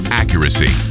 accuracy